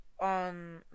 on